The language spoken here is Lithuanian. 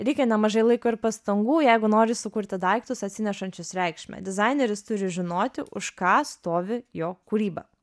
reikia nemažai laiko ir pastangų jeigu nori sukurti daiktus atsinešančius reikšmę dizaineris turi žinoti už ką stovi jo kūryba